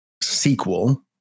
sequel